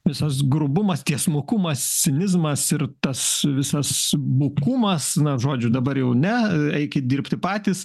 visas grubumas tiesmukumas cinizmas ir tas visas bukumas na žodžiu dabar jau ne eikit dirbti patys